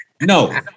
No